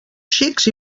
xics